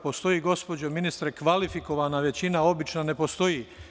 Postoji gospođo ministar kvalifikovana većina, obična ne postoji.